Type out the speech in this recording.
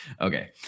Okay